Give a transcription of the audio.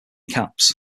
caps